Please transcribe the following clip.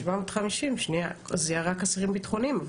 750, שנייה, זה רק אסירים ביטחוניים.